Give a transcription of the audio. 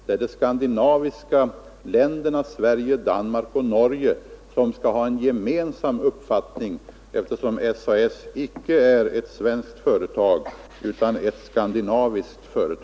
Det är de skandinaviska länderna, Sverige, Danmark och Norge, som skall ha en gemensam uppfattning, eftersom SAS inte är ett svensk företag utan ett skandinaviskt.